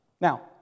Now